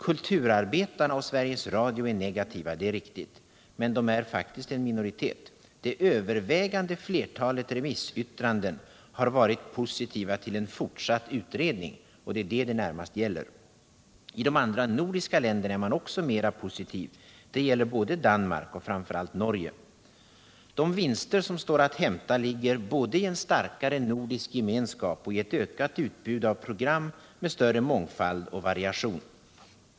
Kulturarbetarna och Sveriges Radio är negativa — det är riktigt — men de är en minoritet. Det övervägande flertalet remissyttranden har varit positiva till en fortsatt utredning. I de andra nordiska länderna är man också mer positiv, det gäller Danmark och framför allt Norge. De vinster som står att hämta ligger både i en starkare nordisk gemenskap och i ett ökat utbud av program med större mångfald och variation.